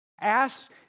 Ask